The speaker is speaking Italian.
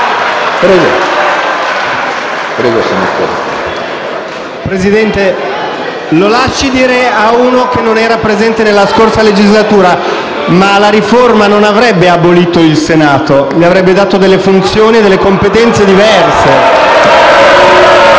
Presidente, lo lasci dire a uno che non era presente nella scorsa legislatura: la riforma non avrebbe abolito il Senato, ma gli avrebbe dato funzioni e competenze diverse.